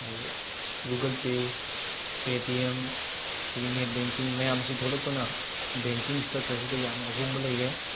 ꯑꯗꯨ Google pay Paytm ꯄꯤ net banking ꯃꯌꯥꯝꯁꯤ ꯊꯣꯛꯂꯛꯄꯅ ꯕꯦꯡꯀꯤꯡ ꯏꯁꯇ꯭ꯔꯛꯆꯔꯁꯤꯗ ꯌꯥꯝꯅ ꯑꯍꯣꯡꯕ ꯂꯩꯔꯦ